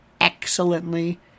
excellently